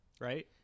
right